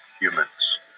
humans